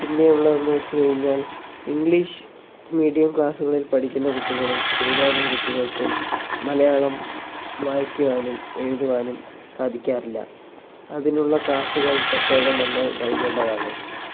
പിന്നെയുള്ളതെന്ന് വച്ചു കഴിഞ്ഞാൽ English medium ക്ലാസ്സുകളിൽ പഠിക്കുന്ന കുട്ടികളിൽ ഭൂരിഭാഗം കുട്ടികൾക്കും മലയാളം വായിക്കുവാനും എഴുതുവാനും സാധിക്കാറില്ല അതിനുള്ള ക്ലാസുകൾ പ്രത്യേകം നമ്മൾ നൽകേണ്ടതാണ്